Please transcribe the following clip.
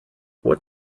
what